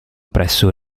presso